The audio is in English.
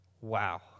Wow